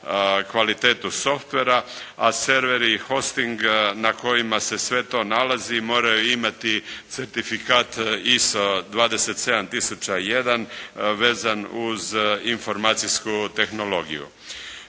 kvalitetu softvera, a serveri i hosting na kojima se sve to nalazi moraju imati certifikat ISO 27 tisuća 1, vezan uz informacijsku tehnologiju.